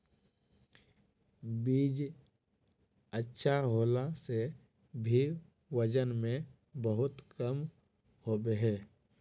बीज अच्छा होला से भी वजन में बहुत कम होबे है?